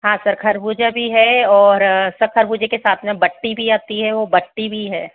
हाँ सर खरबूजा भी है और सर खरबूजे के साथ बट्टी भी आती है वह बट्टी भी है